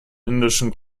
indischen